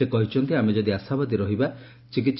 ସେ କହିଛନ୍ତି ଆମେ ଯଦି ଆଶାବାଦୀ ରହିବା ଚିକିସ୍